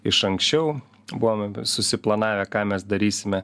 iš anksčiau buvome susiplanavę ką mes darysime